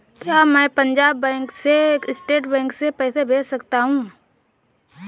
क्या मैं पंजाब बैंक से स्टेट बैंक में पैसे भेज सकता हूँ?